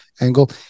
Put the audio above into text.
angle